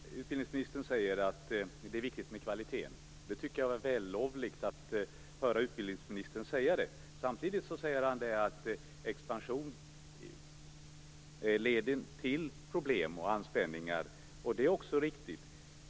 Fru talman! Utbildningsministern säger att det är viktigt med kvalitet. Jag tycker att det var vällovligt att höra utbildningsministern säga det. Samtidigt säger han att expansion leder till problem och anspänning. Det är också riktigt.